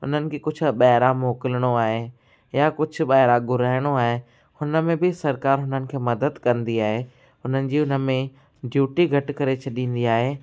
उन्हनि खे कुझु ॿाहिरां मोकिलणो आहे या कुझु ॿाहिरां घुराइणो आहे हुन में बि सरकार हुननि खे मदद कंदी आहे उन्हनि जी उन में ड्यूटी घटि करे छॾींदी आहे